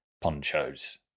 ponchos